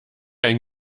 ein